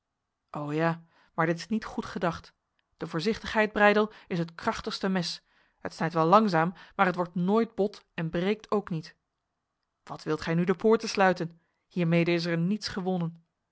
o ja maar dit is niet goed gedacht de voorzichtigheid breydel is het krachtigste mes het snijdt wel langzaam maar het wordt nooit bot en breekt ook niet wat wilt gij nu de poorten sluiten hiermede is er niets gewonnen